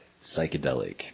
psychedelic